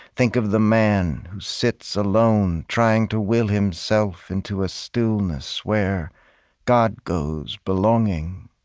think of the man who sits alone trying to will himself into a stillness where god goes belonging.